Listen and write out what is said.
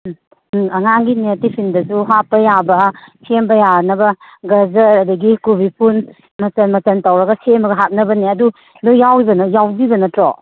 ꯎꯝ ꯑꯉꯥꯡꯒꯤꯅꯦ ꯇꯤꯐꯤꯟꯅꯁꯨ ꯍꯥꯞꯄ ꯌꯥꯕ ꯁꯦꯝꯕ ꯌꯥꯅꯕ ꯒꯖꯔ ꯑꯗꯒꯤ ꯀꯣꯕꯤ ꯐꯨꯟ ꯃꯆꯟ ꯃꯆꯟ ꯇꯧꯔꯒ ꯁꯦꯝꯃꯒ ꯍꯥꯞꯅꯕꯅꯦ ꯑꯗꯨ ꯂꯣꯏꯅ ꯌꯥꯎꯕꯤꯕ ꯅꯠꯇ꯭ꯔꯣ